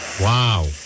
Wow